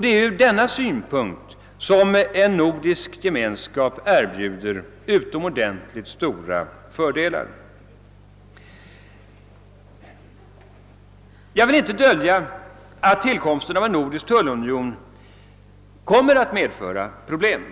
Det är ur denna synpunkt som en nordisk gemenskap erbjuder utomordentligt stora fördelar. Jag vill inte dölja att tillkomsten av en nordisk tullunion kommer att medföra problem